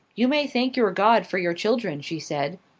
you may thank your god for your children, she said.